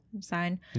sign